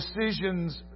Decisions